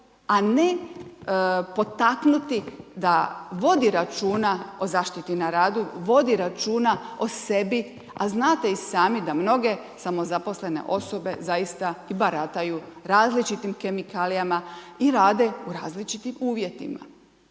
a ne potaknuti da vodi računa o zaštiti radu, vodi računa o sebi, a znate i sami da mnoge samozaposlene osobe zaista i barataju različitim kemikalijama i rade u različitim uvjetima?